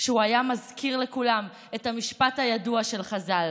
שהוא היה מזכיר לכולם את המשפט הידוע של חז"ל: